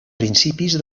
principis